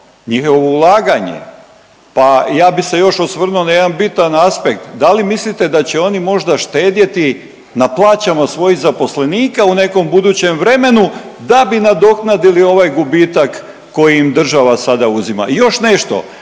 njihovo ulaganje? Pa, ja bih se još osvrnuo na jedan bitan aspekt. Da li mislite da će oni možda štedjeti na plaćama svojih zaposlenika u nekom budućem vremenu da bi nadoknadili ovaj gubitak koji im država sada uzima? I još nešto,